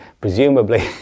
Presumably